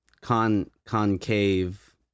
Concave